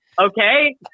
Okay